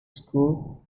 school